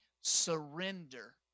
surrender